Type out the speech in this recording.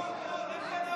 בוא, לך אליו.